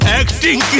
acting